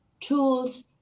tools